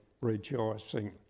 rejoicing